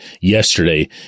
yesterday